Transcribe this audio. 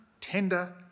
tender